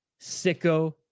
sicko